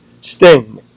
Sting